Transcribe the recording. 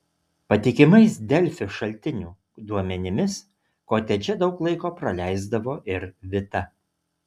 patikimais delfi šaltinių duomenimis kotedže daug laiko praleisdavo ir vita